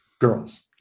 girls